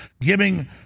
giving